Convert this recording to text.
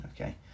okay